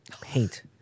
Paint